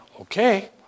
Okay